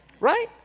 right